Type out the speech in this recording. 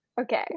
Okay